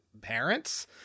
parents